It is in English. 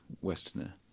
Westerner